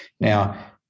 now